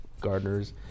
gardeners